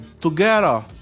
together